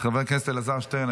חבר הכנסת אלעזר שטרן,